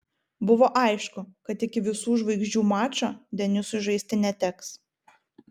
buvo aišku kad iki visų žvaigždžių mačo denisui žaisti neteks